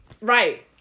Right